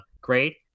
great